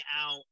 out